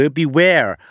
beware